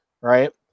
right